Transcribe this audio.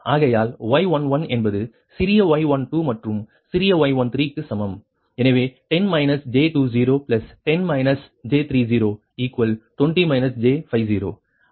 ஆகையால் Y11 என்பது சிறிய y12 மற்றும் சிறிய y13 க்கு சமம் எனவே 10 j 20 10 j 30 20 j 50